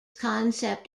concept